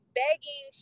begging